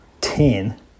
ten